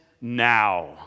now